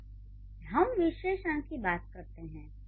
अब हम विशेषण की बात करते हैं